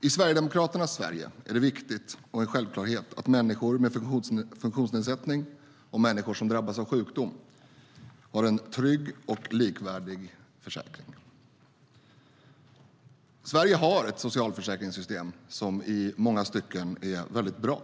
I Sverigedemokraternas Sverige är det viktigt och en självklarhet att människor med funktionsnedsättning och människor som drabbas av sjukdom har en trygg och likvärdig försäkring. Sverige har ett socialförsäkringssystem som i många stycken är väldigt bra.